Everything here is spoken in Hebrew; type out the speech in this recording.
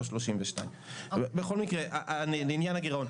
לא 32. בכל מקרה לעניין הגירעון,